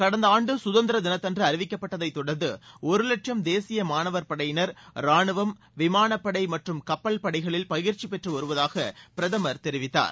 கடந்த ஆண்டு கதந்திர தினத்தன்று அறிவிக்கப்பட்டதை தொடர்ந்து ஒரு லட்சம் தேசிய மாணவர் படையினர் ரானுவம் விமானப்படை மற்றும் கப்பல் படைகளில் பயிற்சி பெற்று வருவதாக பிரதமர் தெரிவித்தார்